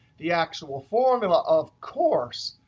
the actual formula, of course,